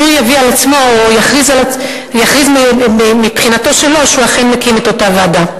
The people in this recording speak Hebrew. אז שהוא יביא על עצמו או יכריז מבחינתו שלו שהוא אכן מקים את אותה ועדה,